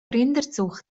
rinderzucht